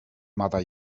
mother